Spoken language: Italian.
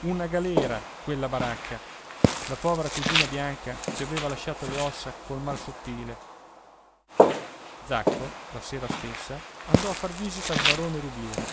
una galera quella baracca la povera cugina bianca ci aveva lasciato le ossa col mal sottile zacco la sera stessa andò a far visita al barone rubiera